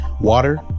Water